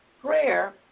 prayer